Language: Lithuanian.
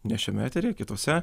ne šiame etery kitose